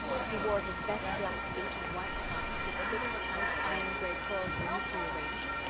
he wore his best black suit and white tie, his thick, tight, iron-grey curls were neatly arranged,